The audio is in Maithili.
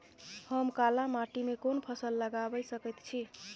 हम काला माटी में कोन फसल लगाबै सकेत छी?